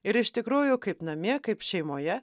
ir iš tikrųjų kaip namie kaip šeimoje